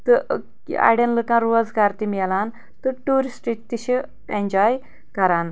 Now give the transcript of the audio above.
تہٕ اڑٮ۪ن لُکن روزگار تہِ مِلان تہٕ ٹیورسٹ تہِ چھِ ایٚنجاے کران